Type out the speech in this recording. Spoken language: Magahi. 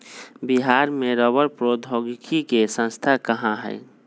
बिहार में रबड़ प्रौद्योगिकी के संस्थान कहाँ हई?